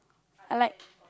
I like